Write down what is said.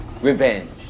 Revenge